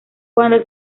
cuando